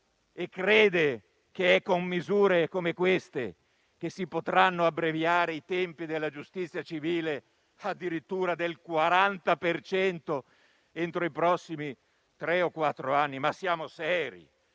e crede che con misure come queste si potranno abbreviare i tempi della giustizia civile addirittura del 40 per cento entro i prossimi tre o quattro anni? Siamo seri!